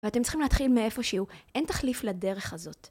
ואתם צריכים להתחיל מאיפה שהוא, אין תחליף לדרך הזאת.